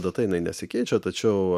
data jinai nesikeičia tačiau